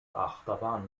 achterbahn